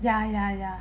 ya ya ya